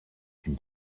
can